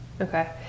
Okay